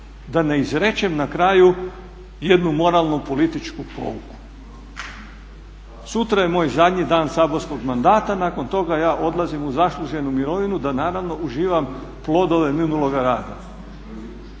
da ne izrečem na kraju jednu moralno političku pouku. Sutra je moj zadnji dan saborskog mandata, nakon toga ja odlazim u zasluženu mirovinu da naravno uživam plodove minuloga rada